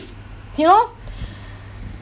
you know